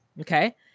Okay